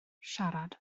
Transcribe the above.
siarad